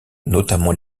notamment